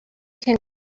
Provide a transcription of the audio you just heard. can